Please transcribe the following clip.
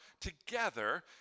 together